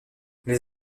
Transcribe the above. les